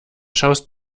schaust